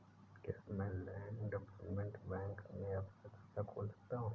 क्या मैं land development bank में अपना खाता खोल सकता हूँ?